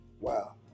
Wow